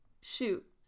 Shoot